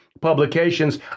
publications